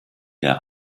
der